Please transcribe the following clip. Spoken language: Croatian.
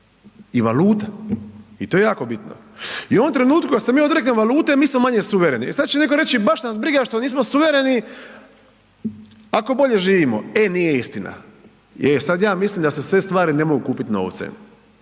i valuta i to je jako bitno. I u ovom trenutku kada se mi odreknemo valute mi smo manje suvereni. E sada će neko reći baš nas briga što nismo suvereni ako bolje živimo. E nije istina. Sada ja mislim da se sve stvari ne mogu kupiti novcem,